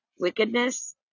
wickedness